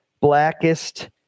Blackest